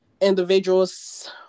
individuals